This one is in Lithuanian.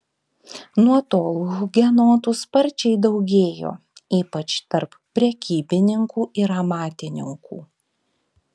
nuo tol hugenotų sparčiai daugėjo ypač tarp prekybininkų ir amatininkų